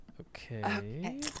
Okay